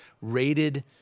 rated